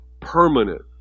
permanent